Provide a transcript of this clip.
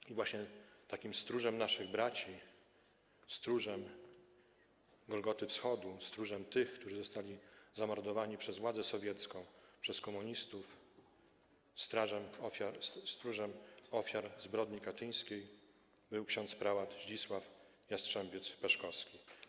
I właśnie takim stróżem naszych braci, stróżem Golgoty Wschodu, stróżem tych, którzy zostali zamordowani przez władzę sowiecką, przez komunistów, stróżem ofiar zbrodni katyńskiej był ks. prałat Zdzisław Jastrzębiec-Peszkowski.